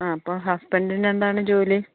ആ അപ്പം ഹസ്ബൻഡിന് എന്താണ് ജോലി